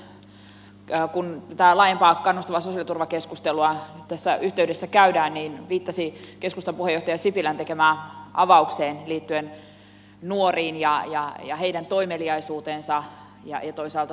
täällä edustaja zyskowicz kun tätä laajempaa kannustavan sosiaaliturvan keskustelua tässä yhteydessä käydään viittasi keskustan puheenjohtaja sipilän tekemään avaukseen liittyen nuoriin ja heidän toimeliaisuuteensa ja toisaalta saamaansa sosiaaliturvaan